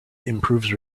improves